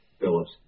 Phillips